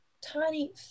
tiny